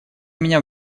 меня